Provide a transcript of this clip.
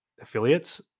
affiliates